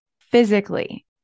Physically